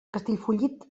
castellfollit